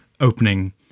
opening